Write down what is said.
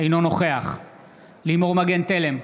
אינו נוכח לימור מגן תלם,